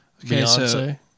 Beyonce